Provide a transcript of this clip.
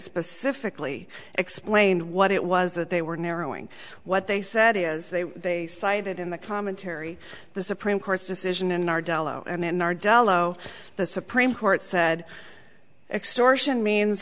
specifically explained what it was that they were narrowing what they said is they they cited in the commentary the supreme court's decision in our delo and in our dello the supreme court said extortion means